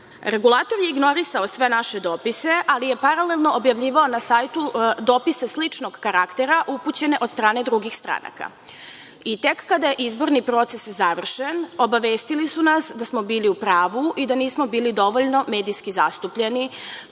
Regulator je ignorisao sve naše dopise, ali je paralelno objavljivao na sajtu dopise sličnog karaktera upućene od strane drugih stranaka. Tek kada je izborni proces završen obavestili su nas da smo bili u pravu i da nismo bili dovoljno medijski zastupljeni